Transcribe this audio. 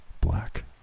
black